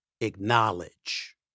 acknowledge